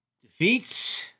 defeats